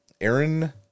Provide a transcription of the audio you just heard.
Aaron